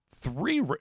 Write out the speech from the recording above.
three